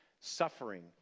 Suffering